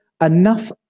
enough